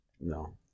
No